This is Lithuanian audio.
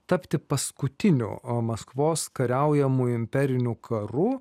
tapti paskutiniu maskvos kariaujamu imperiniu karu